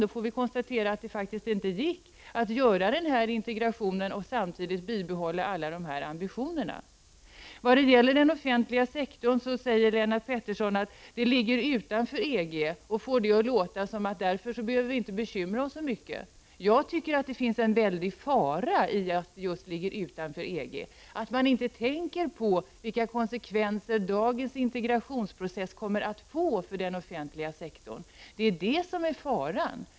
Då får vi konstatera att det faktiskt inte gick att göra denna integration och samtidigt bibehålla alla dessa ambitioner. Vad gäller den offentliga sektorn säger Lennart Pettersson att den ligger utanför EG och får det att låta som att vi därför inte behöver bekymra oss så mycket. Jag tycker att det finns en väldig fara just i att den ligger utanför EG. Man tänker inte på vilka konsekvenser dagens integrationsprocess kommer att få för den offentliga sektorn. Det är det som är faran.